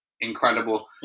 incredible